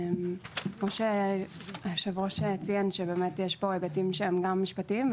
כמו שהיושב-ראש ציין יש פה היבטים גם משפטיים.